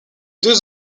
deux